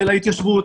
של ההתיישבות,